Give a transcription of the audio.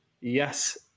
Yes